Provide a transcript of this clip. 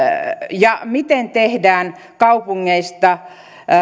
ja miten tehdään kaupungeista